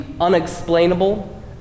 unexplainable